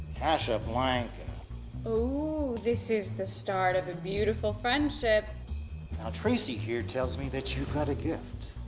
casablanca. oh, this is the start of a beautiful friendship. now tracy here tells me that you've got a gift.